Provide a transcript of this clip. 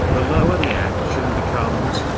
the lower the action becomes,